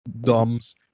Dom's